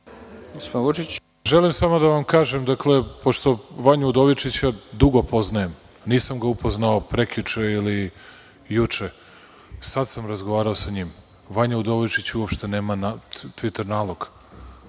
Vučić** Želim samo da vam kažem, pošto Vanju Udovičića dugo poznajem, nisam ga upoznao prekjuče ili juče, sada sam razgovarao sa njim, Vanja Udovičić uopšte nema tviter nalog.